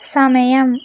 സമയം